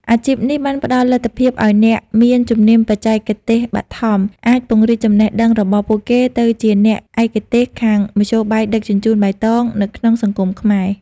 អាជីពនេះបានផ្តល់លទ្ធភាពឱ្យអ្នកមានជំនាញបច្ចេកទេសបឋម អាចពង្រីកចំណេះដឹងរបស់ពួកគេទៅជាអ្នកឯកទេសខាងមធ្យោបាយដឹកជញ្ជូនបៃតងនៅក្នុងសង្គមខ្មែរ។